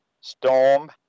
Storm